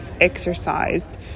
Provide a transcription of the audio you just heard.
exercised